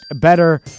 better